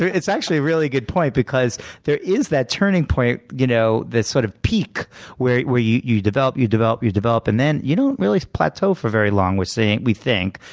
it's actually a really good point. because there is that turning point, you know that sort of peak where where you you develop, you develop, you develop, and then you don't really plateau for very long, we're seeing we think.